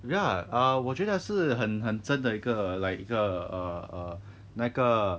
ya 我觉得是很很真的一个 like 一个 err 那个